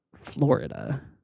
Florida